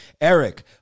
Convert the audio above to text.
Eric